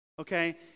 Okay